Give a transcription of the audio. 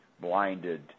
blinded